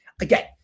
Again